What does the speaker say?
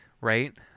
right